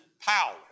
power